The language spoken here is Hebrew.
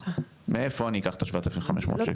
מאיפה אני אקח את ה-7,500 שקל?